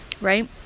right